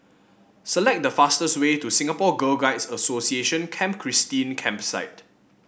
select the fastest way to Singapore Girl Guides Association Camp Christine Campsite